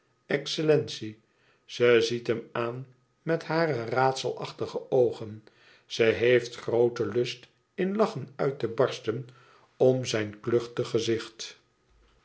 excellentie ze ziet hem aan met hare raadselachtige oogen ze heeft grooten lust in lachen uit te barsten om zijn kluchtig gezicht